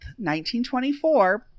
1924